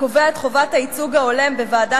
הקובע את חובת הייצוג ההולם בוועדה